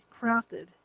crafted